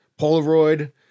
polaroid